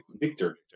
Victor